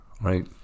Right